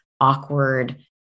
awkward